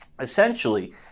Essentially